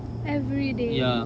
every day